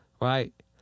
right